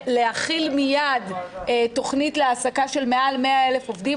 להחיל מיד תוכנית להעסקה של מעל 100,000 עובדים.